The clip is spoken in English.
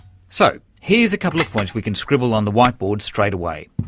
so here's a couple of points we can scribble on the white board straight away.